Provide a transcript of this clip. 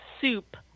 soup